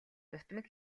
дутмаг